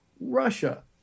Russia